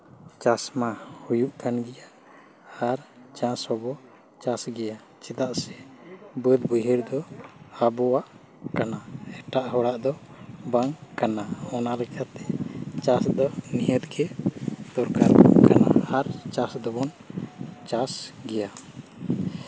ᱪᱟᱥ ᱢᱟ ᱦᱩᱭᱩᱜ ᱠᱟᱱ ᱜᱮᱭᱟ ᱟᱨ ᱪᱟᱥ ᱦᱚᱸᱵᱚ ᱪᱟᱥ ᱜᱮᱭᱟ ᱪᱮᱫᱟᱜ ᱥᱮ ᱵᱟᱹᱫᱽ ᱵᱟᱹᱭᱦᱟᱹᱲ ᱫᱚ ᱟᱵᱚᱣᱟᱜ ᱠᱟᱱᱟ ᱮᱴᱟᱜ ᱦᱚᱲ ᱫᱚ ᱵᱟᱝ ᱠᱟᱱᱟ ᱚᱱᱟ ᱞᱮᱠᱟᱛᱮ ᱪᱟᱥ ᱫᱚ ᱱᱤᱦᱟᱹᱛ ᱜᱮ ᱫᱚᱨᱠᱟᱨ ᱠᱟᱱᱟ ᱟᱨ ᱪᱟᱥ ᱫᱚᱵᱚᱱ ᱪᱟᱥ ᱜᱮᱭᱟ